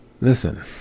Listen